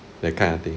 that kind of thing